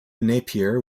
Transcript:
napier